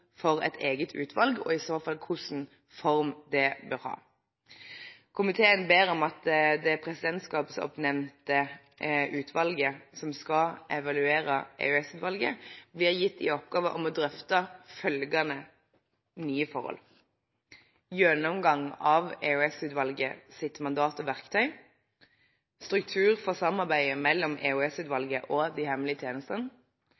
for et eget utvalg, og i så fall hva slags form det bør ha. Komiteen ber om at det presidentskapsoppnevnte utvalget som skal evaluere EOS-utvalget, blir gitt i oppgave å drøfte følgende nye forhold: gjennomgang av EOS-utvalgets mandat og verktøy struktur for samarbeidet mellom